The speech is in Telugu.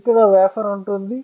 ఇక్కడ వేఫర్ ఉంటుంది